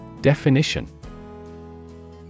Definition